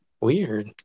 Weird